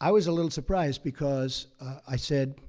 i was a little surprised because i said,